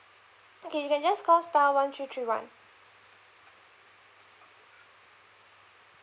okay you can just call star one three three one